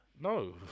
No